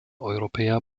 europäer